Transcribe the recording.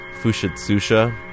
Fushitsusha